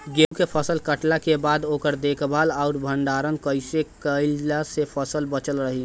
गेंहू के फसल कटला के बाद ओकर देखभाल आउर भंडारण कइसे कैला से फसल बाचल रही?